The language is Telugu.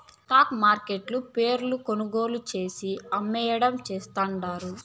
స్టాక్ మార్కెట్ల షేర్లు కొనుగోలు చేసి, అమ్మేయడం చేస్తండారు